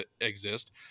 exist